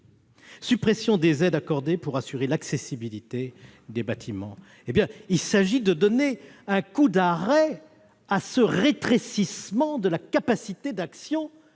suppression des aides accordées pour assurer l'accessibilité des bâtiments. Il faut donner un coup d'arrêt à ce rétrécissement de la capacité d'action